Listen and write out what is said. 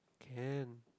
can